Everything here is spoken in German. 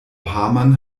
hamann